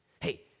Hey